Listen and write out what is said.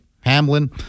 Hamlin